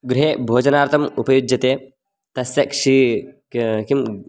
गृहे भोजनार्थम् उपयुज्यते तस्य क्षीरं किं किं